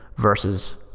versus